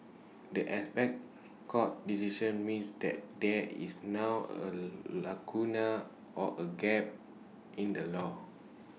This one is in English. the apex court's decision means that there is now A lacuna or A gap in the law